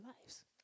lives